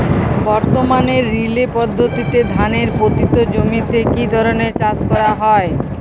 বর্তমানে রিলে পদ্ধতিতে ধানের পতিত জমিতে কী ধরনের চাষ করা হয়?